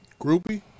groupie